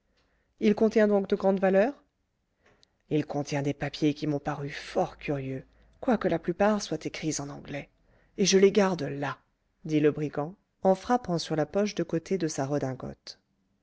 il contient donc de grandes valeurs il contient des papiers qui m'ont paru fort curieux quoique la plupart soient écrits en anglais et je les garde là dit le brigand en frappant sur la poche de côté de sa redingote